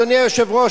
אדוני היושב-ראש,